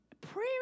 prayer